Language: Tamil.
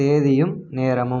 தேதியும் நேரமும்